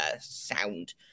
sound